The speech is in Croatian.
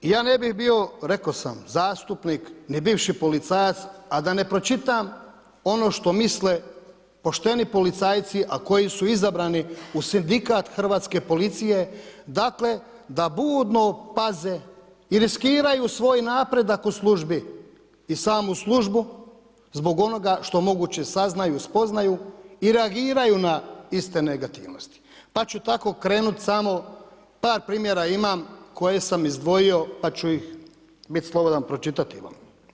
Ja ne bih bio, rekao sam, zastupnik ni bivši policajac, a da ne pročitam ono što misle pošteni policajci, a koji su izabrani u sindikat hrvatske policije, dakle, da budno paze i riskiraju svoj napredak u službi i samu službu zbog onoga što moguće saznaju i spoznaju i reagiraju na iste negativnosti, pa ću tako krenuti samo, par primjera imam koje sam izdvojio, pa ću ih biti slobodan pročitati vam.